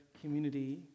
community